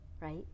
right